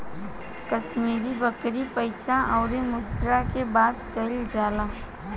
कश्मीरी बकरी पइसा अउरी मुद्रा के बात कइल जाला